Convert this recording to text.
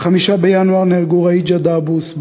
ב-5 בינואר נהרגו רהיג'ה דעבוס,